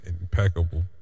impeccable